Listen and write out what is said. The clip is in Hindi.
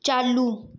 चालू